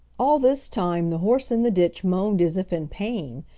all this time the horse in the ditch moaned as if in pain,